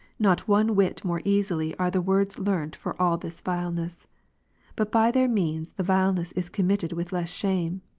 not one whit more easily are the words learnt for all this vileness but by their means the vileness is committed with less shame.